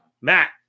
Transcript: Matt